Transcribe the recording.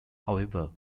however